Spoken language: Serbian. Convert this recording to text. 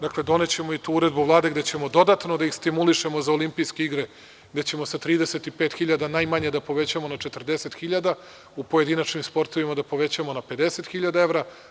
Dakle, donećemo i tu uredbu Vlade gde ćemo dodatno da ih stimulišemo za Olimpijske igre, gde ćemo sa 35.000 najmanje da povećamo na 40.000, u pojedinačnim sportovima da povećamo na 50.000 evra.